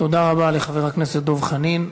תודה רבה לחבר הכנסת דב חנין.